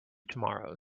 tomorrows